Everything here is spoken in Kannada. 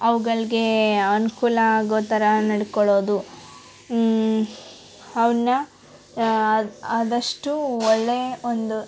ಅವುಗಳ್ಗೆ ಅನುಕೂಲ ಆಗೋ ಥರ ನಡ್ಕೊಳ್ಳೋದು ಅವನ್ನು ಆದಷ್ಟು ಒಳ್ಳೆಯ ಒಂದು